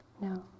No